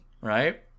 right